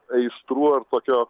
aistrų ar tokio